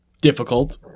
difficult